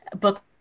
book